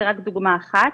זו רק דוגמה אחת,